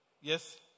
Yes